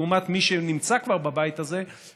לעומת מי שכבר נמצא בבית הזה,